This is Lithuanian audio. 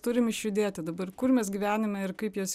turim išjudėti dabar kur mes gyvename ir kaip jas